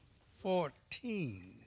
fourteen